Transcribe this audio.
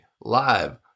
live